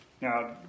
Now